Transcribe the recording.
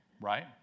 Right